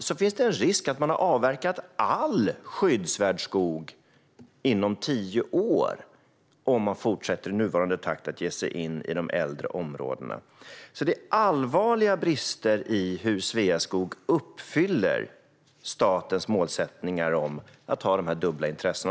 Det finns en risk att de har avverkat all skyddsvärd skog inom tio år om de fortsätter i nuvarande takt med att ge sig in i de äldre områdena. Det är alltså allvarliga brister när det gäller hur Sveaskog uppfyller statens mål om att ha dessa dubbla intressen.